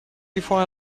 before